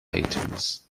items